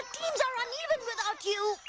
teams are uneven without you.